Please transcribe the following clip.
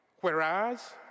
Whereas